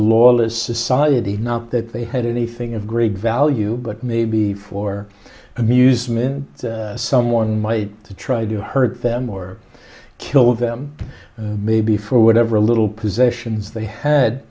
lawless society not that they had anything of great value but maybe for amusement someone might try to hurt them or kill them maybe for whatever little possessions they had